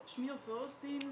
שמי עופרה אוסטין,